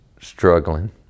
struggling